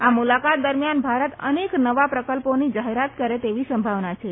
આ મુલાકાત દરમિયાન ભારત અનેક નવા પ્રકલ્પોની જાહેરાત કરે તેવી સંભાવના છે